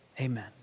amen